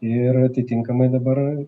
ir atitinkamai dabar